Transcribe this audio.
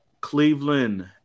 Cleveland